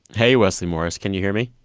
hey, wesley morris. can you hear me?